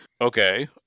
okay